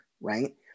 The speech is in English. right